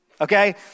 Okay